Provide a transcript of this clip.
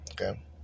Okay